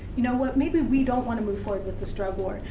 you know what, maybe we don't wanna move forward with this drug war,